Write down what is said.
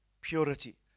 purity